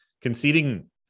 Conceding